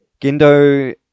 Gendo